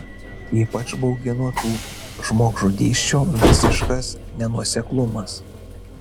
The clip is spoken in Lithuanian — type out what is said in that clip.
ypač baugino tų žmogžudysčių visiškas nenuoseklumas